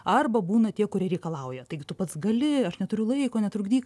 arba būna tie kurie reikalauja taigi tu pats gali aš neturiu laiko netrukdyk